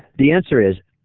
the answer is,